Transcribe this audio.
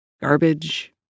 garbage